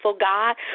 God